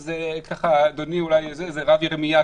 זה רב ירמיה,